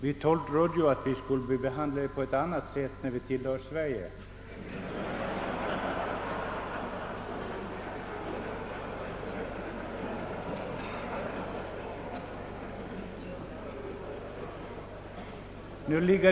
Vi trodde att vi skulle bli behandlade på ett annat sätt när vi tillhör Sverige.